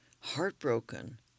heartbroken